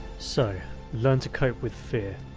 so learn to cope with fear.